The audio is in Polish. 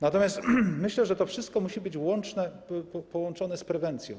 Natomiast myślę, że to wszystko musi być połączone z prewencją.